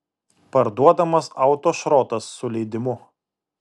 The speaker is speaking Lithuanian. parduodamas autošrotas su leidimu